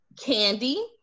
candy